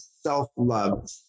self-love